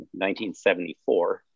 1974